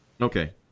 Okay